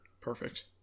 perfect